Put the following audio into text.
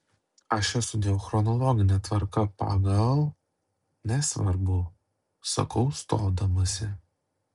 aš jas sudėjau chronologine tvarka pagal nesvarbu sakau stodamasi